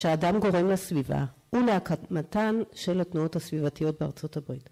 ‫שאדם גורם לסביבה ולהקמתן ‫של התנועות הסביבתיות בארצות הברית.